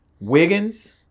Wiggins